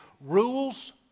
Rules